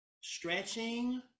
stretching